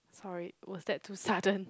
sorry was that too sudden